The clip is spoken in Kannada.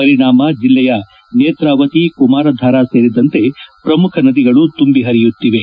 ಪರಿಣಾಮ ಜಿಲ್ಲೆಯ ನೇತ್ರಾವತಿ ಕುಮಾರಧಾರಾ ಸೇರಿದಂತೆ ಪ್ರಮುಖ ನದಿಗಳು ತುಂಬಿ ಹರಿಯುತ್ತಿವೆ